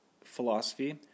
philosophy